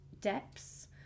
Depths